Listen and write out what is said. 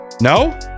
No